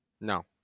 No